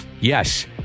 Yes